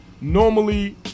normally